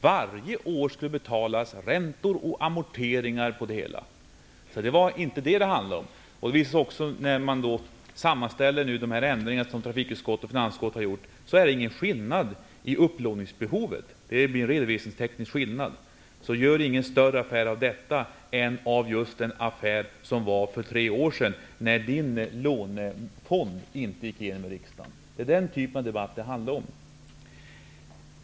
Varje år skall det betalas räntor och amorteringar. Det var inte detta det handlade om. När man sammanställer de ändringar som trafikutskottet och finansutskottet har gjort finner man att det inte blir någon skillnad i upplåningsbehovet. Det är mer en redovisningsteknisk skillnad. Gör alltså ingen större affär av detta än den affär som vi hade för tre år sedan, när den lånefond som Georg Andersson hade föreslagit inte gick igenom i riksdagen. Det är den typen av debatt det handlar om.